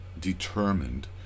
determined